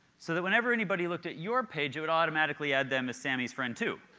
so that whenever anybody looked at your page it would automatically add them as samy's friend too.